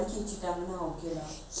I told you [what] they do or not